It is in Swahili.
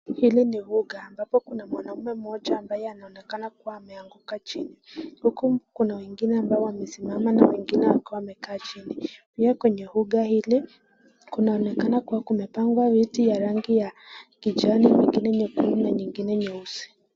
Hili ni uga ambapo kuna mwanaume mmoja ambaye anaonekana kuwa ameanguka chini, huku kuna wengine ambao wamesimama na wengine wakiwa wamekaa chini, pia kwenye uga hili kunaonekana kuwa kumepangwa viti ya rangi ya kijani, nyingine nyekundu na nyingine nyeusi.